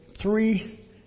three